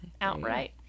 outright